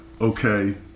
Okay